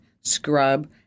scrub